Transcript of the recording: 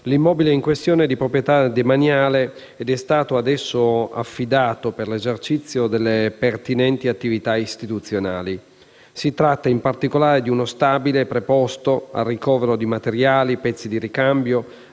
l'immobile in questione è di proprietà demaniale ed è stato ad esso affidato per l'esercizio delle pertinenti attività istituzionali. Si tratta, in particolare, di uno stabile preposto al ricovero di materiali, pezzi di ricambio,